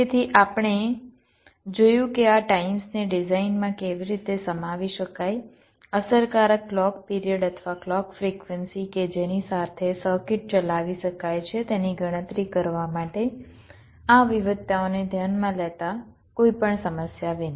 તેથી આપણે જોયું કે આ ટાઇમ્સને ડિઝાઇન માં કેવી રીતે સમાવી શકાય અસરકારક ક્લૉક પિરિયડ અથવા ક્લૉક ફ્રિક્વન્સી કે જેની સાથે સર્કિટ ચલાવી શકાય છે તેની ગણતરી કરવા માટે આ વિવિધતાઓને ધ્યાનમાં લેતા કોઈપણ સમસ્યા વિના